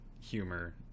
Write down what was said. humor